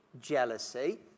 Jealousy